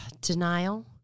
Denial